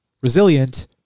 Resilient